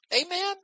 Amen